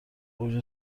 اوج